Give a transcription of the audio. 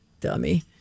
Dummy